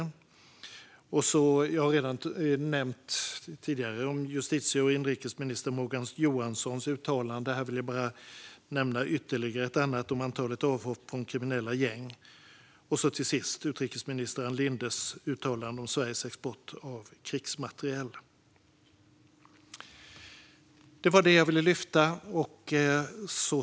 Ett uttalande av justitie och inrikesminister Morgan Johanssons har jag redan nämnt. Här vill jag bara nämna ytterligare ett, om antalet avhopp från kriminella gäng. Till sist har vi utrikesminister Ann Lindes uttalande om Sveriges export av krigsmateriel.